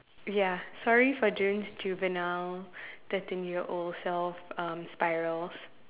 ya sorry for doing juvenile thirteen year old self um spirals